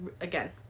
again